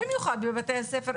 במיוחד בבתי הספר,